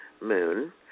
moon